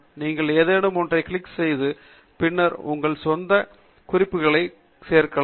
நீங்கள் ஏதேனும் ஒன்றைக் கிளிக் செய்து பின்னர் உங்கள் சொந்த குறிப்புக்கான குறிப்புகள் சேர்க்கலாம்